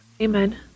Amen